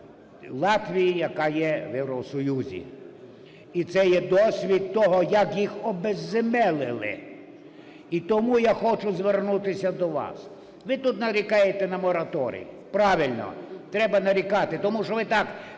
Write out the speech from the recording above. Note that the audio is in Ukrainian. Латвії, яка є в Євросоюзі. І це є досвід того, як їх обезземелили. І тому я хочу звернутися до вас. Ви тут нарікаєте на мораторій. Правильно, треба нарікати, тому що ми так